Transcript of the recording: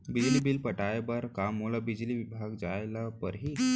बिजली बिल पटाय बर का मोला बिजली विभाग जाय ल परही?